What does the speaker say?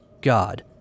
god